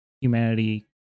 humanity